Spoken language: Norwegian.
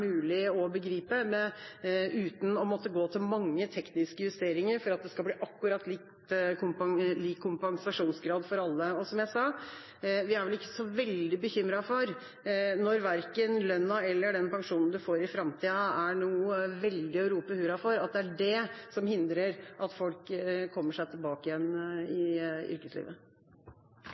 mulig å begripe uten å måtte gå til mange tekniske justeringer for at det skal bli akkurat lik kompensasjonsgrad for alle. Som jeg sa, er vi ikke så veldig bekymret når verken lønna eller den pensjonen man får i framtida, er noe veldig å rope hurra for – at det er det som hindrer at folk kommer seg tilbake til yrkeslivet. Replikkordskiftet er avsluttet. I